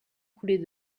coulée